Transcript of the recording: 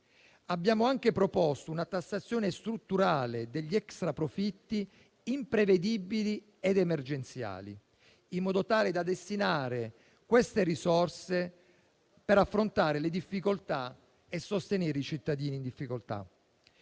Abbiamo altresì proposto una tassazione strutturale degli extraprofitti imprevedibili ed emergenziali, in modo tale da destinare queste risorse ad affrontare le difficoltà e sostenere i cittadini in difficoltà.